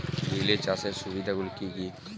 Relay চাষের সুবিধা গুলি কি কি?